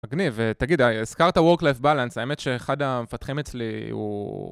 מגניב, תגיד, הזכרת Work Life Balance, האמת שאחד המפתחים אצלי הוא...